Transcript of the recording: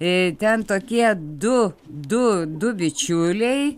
i ten tokie du du du bičiuliai